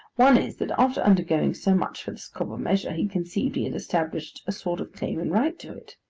one is, that after undergoing so much for this copper measure he conceived he had established a sort of claim and right to it.